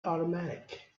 automatic